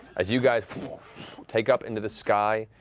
as you guys take up into the sky,